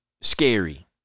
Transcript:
Scary